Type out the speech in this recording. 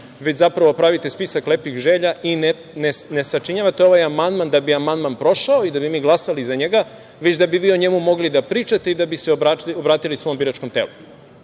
Zapravo pravite spisak lepih želja i ne sačinjavate ovaj amandman da bi amandman prošao i da bi glasali za njega, već da bi vi o njemu mogli da pričate, da bi se obratili svom biračkom